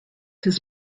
his